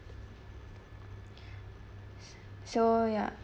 so ya